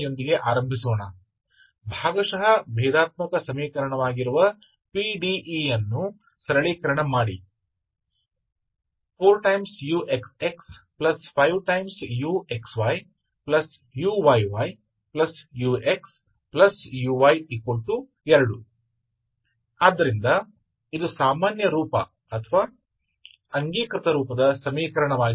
तो यहां एक उदाहरण के साथ शुरू करेंगे इसलिए कम करें समीकरण को कम करें पीडीई PDE को कम करें जो पार्शियल डिफरेंशियल समीकरण है 4uxx5uxyuyyuxuy2 तो यह सामान्य रूप या कैनॉनिकल रूप में कैनॉनिकल रूप में समीकरण है